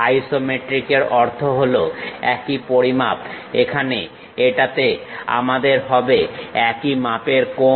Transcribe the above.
isometric এর অর্থ হল একই পরিমাপ এখানে এটাতে আমাদের হবে একই মাপের কোণ